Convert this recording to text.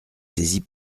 saisie